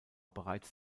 bereits